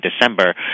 December